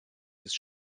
ist